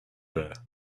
there